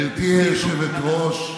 גברתי היושבת-ראש,